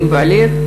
אמני בלט,